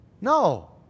No